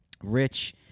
Rich